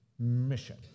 Mission